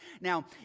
Now